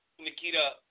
Nikita